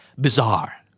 Bizarre